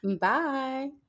Bye